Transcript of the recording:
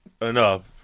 Enough